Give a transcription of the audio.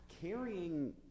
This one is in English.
carrying